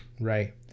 right